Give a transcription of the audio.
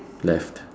left